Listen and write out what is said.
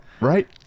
right